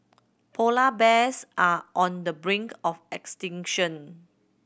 polar bears are on the brink of extinction